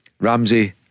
Ramsey